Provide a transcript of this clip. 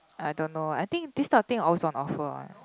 I don't know I think this type of thing always on offer one